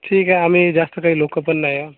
ठीक आहे आम्ही जास्त काही लोकं पण नाही आ